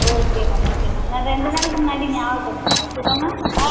okay ma'am okay ma'am நான் ரெண்டு நாளுக்கு முன்னாடி ஞாபகப்படுத்துறேன் ஓகேவா மேம்